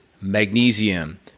magnesium